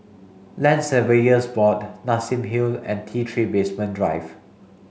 Land Surveyors Board Nassim Hill and T three Basement Drive